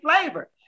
flavor